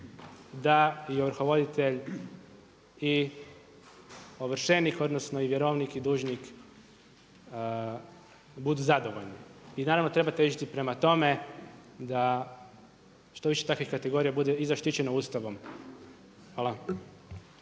da i ovrhovoditelj i ovršenik odnosno i vjerovnik i dužnik budu zadovoljni. I naravno treba težiti prema tome da što više tih kategorija bude zaštićeno i Ustavom. Hvala.